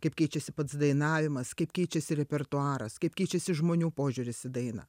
kaip keičiasi pats dainavimas kaip keičiasi repertuaras kaip keičiasi žmonių požiūris į dainą